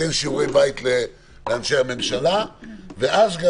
ניתן שיעורי בית לאנשי הממשלה ואז גם